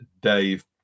Dave